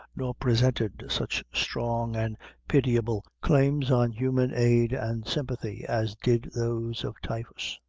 nor presented such strong and pitiable claims on human aid and sympathy as did those of typhus.